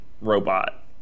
robot